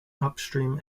upstream